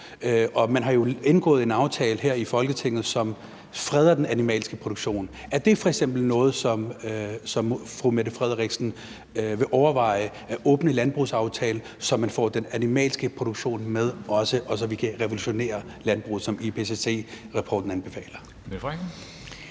Man har jo indgået en aftale her i Folketinget, som freder den animalske produktion. Er det f.eks. noget, som fru Mette Frederiksen vil overveje, altså at åbne landbrugsaftalen, så man får den animalske produktion med også, og så vi kan revolutionere landbruget, som IPCC-rapporten anbefaler?